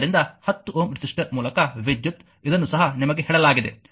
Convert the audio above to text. ಆದ್ದರಿಂದ 10 Ω ರೆಸಿಸ್ಟರ್ ಮೂಲಕ ವಿದ್ಯುತ್ ಇದನ್ನು ಸಹ ನಿಮಗೆ ಹೇಳಲಾಗಿದೆ